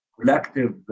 collective